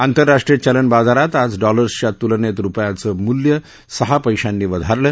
आंतरराष्ट्रीय चलन बाजारात आज डॉलर्सच्या तुलनेत रुपयाचं मूल्य सहा पैशानी वधारलं